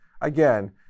Again